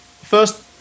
first